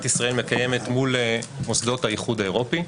ישראל מקיימת מול מוסדות האיחוד האירופי,